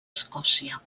escòcia